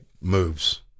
moves